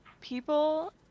People